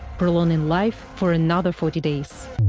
prolonging life for another forty days.